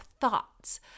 thoughts